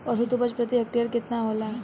औसत उपज प्रति हेक्टेयर केतना होला?